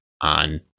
on